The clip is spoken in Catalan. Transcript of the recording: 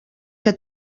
que